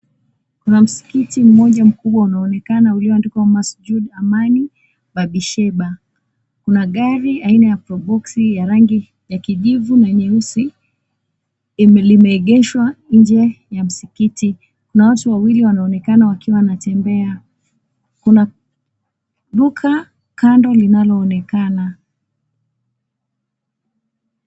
Kuna msikiti moja mkubwa ulioandikwa Masjid Amani Babisheba kuna gari aina ya Proboxi ya rangi ya kijivu na nyeusi limeegeshwa nje ya msikiti, kuna watu wawili wanaonekana wakiwa wanatembea kuna duka kando linaloonekana.